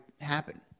happen